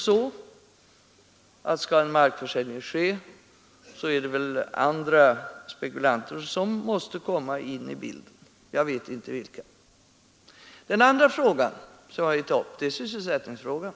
Skall en markförsäljning ske måste andra spekulanter komma in i bilden, och jag vet inte vilka. Den andra frågan som jag vill ta upp är sysselsättningsfrågan.